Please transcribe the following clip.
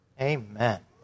Amen